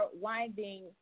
winding